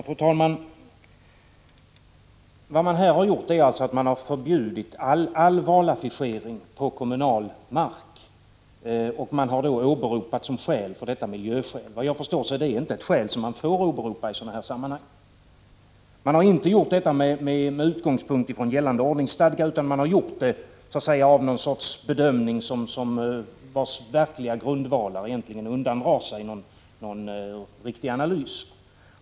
Fru talman! Vad man här har gjort är att man har förbjudit all valaffischering på kommunal mark, och man har för detta åberopat miljöskäl. Såvitt jag förstår är det inte ett skäl som man får åberopa i sådana här sammanhang. Man har inte gjort detta med utgångspunkt i gällande ordningsstadga, utan man har gjort det med utgångspunkt i något slags bedömning, vars verkliga grundvalar egentligen undandrar sig analys.